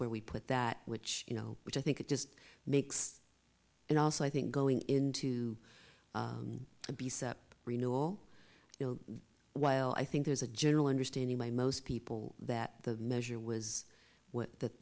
where we put that which you know which i think it just makes and also i think going in to be set up renewal you know while i think there's a general understanding by most people that the measure was what